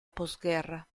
posguerra